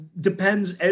depends